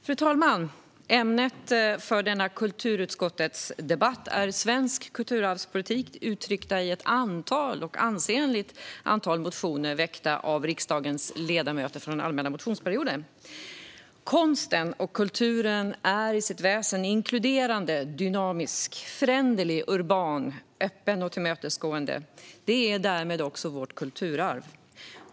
Fru talman! Ämnet för denna kulturutskottets debatt är svensk kulturarvspolitik uttryckt i ett ansenligt antal motioner väckta av riksdagens ledamöter under allmänna motionstiden. Konsten och kulturen är inkluderande, dynamiska, föränderliga, urbana, öppna och tillmötesgående. De är därmed också vårt kulturarv.